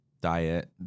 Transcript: diet